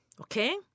okay